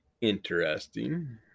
Interesting